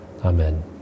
Amen